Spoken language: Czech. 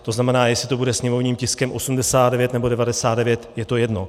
To znamená, jestli to bude sněmovním tiskem číslo 89, nebo 99, je to jedno.